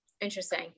interesting